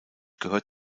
gehört